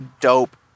dope